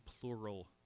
plural